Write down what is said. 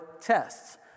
Tests